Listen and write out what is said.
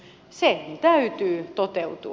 sen täytyy toteutua